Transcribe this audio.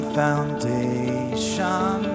foundation